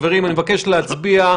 חברים, אני מבקש להצביע,